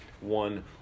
one